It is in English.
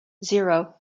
zero